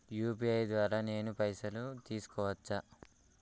UPI ద్వారా నేను పైసలు తీసుకోవచ్చా?